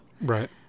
Right